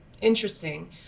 interesting